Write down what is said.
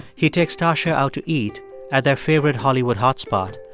he'd take stacya out to eat at their favorite hollywood hotspot,